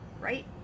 right